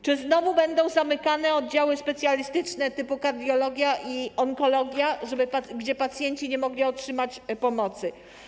Czy znowu będą zamykane oddziały specjalistyczne typu kardiologia i onkologia, gdzie pacjenci nie mogli otrzymać pomocy?